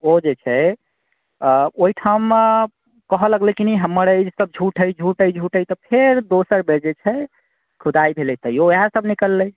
ओ जे छै ओहिठाम कहऽ लगलै कि नहि हमर अछि ई सभ झूठ हइ झूठ हइ झूठ हइ तऽ फेर दोसर बेर जे छै खुदाइ भेलै तखनो ओएह सभ निकललै